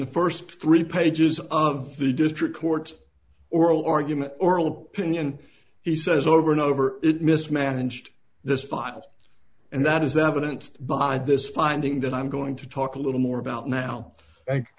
the st three pages of the district court oral argument oral opinion he says over and over it mismanaged this file and that is evident by this finding that i'm going to talk a little more about now